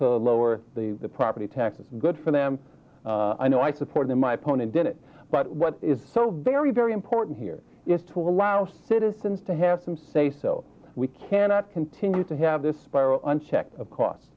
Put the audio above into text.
to lower the property taxes good for them i know i support them my opponent did it but what is so very very important here is to allow citizens to have some say so we cannot continue to have this spiral unchecked of cost